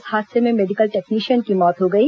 इस हादसे में मेडिकल टेक्शियन की मौत हो गई